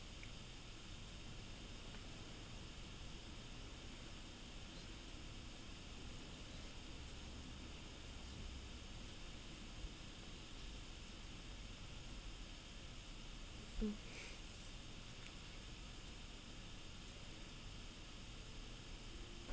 mm